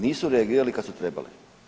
Nisu reagirali kada su trebali.